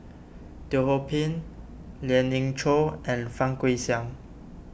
Teo Ho Pin Lien Ying Chow and Fang Guixiang